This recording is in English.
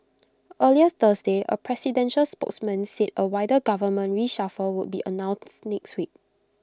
earlier Thursday A presidential spokesman said A wider government reshuffle would be announced next week